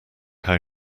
how